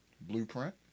Blueprint